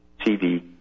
TV